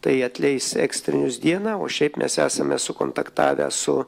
tai atleis ekstrinius dieną o šiaip mes esame sukontaktavę su